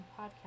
podcast